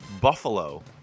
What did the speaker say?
Buffalo